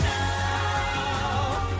now